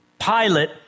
Pilate